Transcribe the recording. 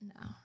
No